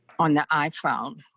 on the iphone.